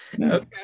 Okay